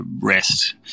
rest